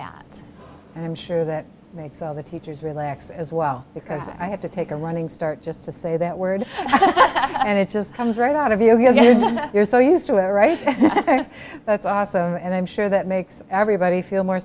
that and i'm sure that makes all the teachers relax as well because i have to take a running start just to say that word and it just comes right out if you have got it you're so used to it right there it's awesome and i'm sure that makes everybody feel more